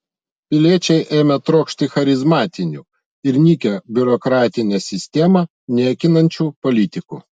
piliečiai ėmė trokšti charizmatinių ir nykią biurokratinę sistemą niekinančių politikų